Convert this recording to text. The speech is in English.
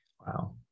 Wow